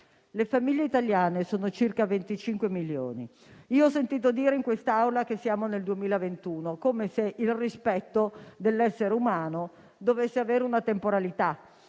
Le famiglie italiane sono circa 25 milioni. Ho sentito dire in quest'Aula che siamo nel 2021, come se il rispetto dell'essere umano dovesse avere una temporalità: